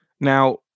Now